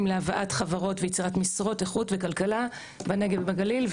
להבאת חברות ויצירת משרות איכות וכלכלה בנגב ובגליל.